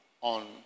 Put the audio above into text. on